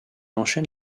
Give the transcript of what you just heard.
enchaine